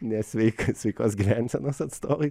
ne sveika sveikos gyvensenos atstovais